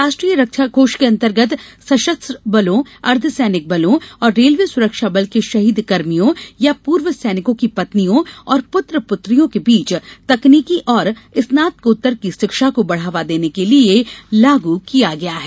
राष्ट्रीय रक्षा कोष के अन्तर्गत सशस्त्र बलों अर्ध सैनिक बलों और रेलवे सुरक्षा बल के शहीद कर्मियों या पूर्व सैनिकों की पत्नियों और पुत्र पुत्रियों के बीच तकनीकी और स्नातकोत्तर की शिक्षा को बढ़ावा देने के लिए लागू किया गया है